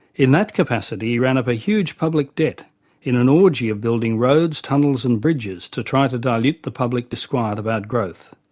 in that capacity he ran up a huge public debt in an orgy of building roads, tunnels and bridges to try to dilute the public disquiet about growth.